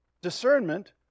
discernment